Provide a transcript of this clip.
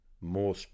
more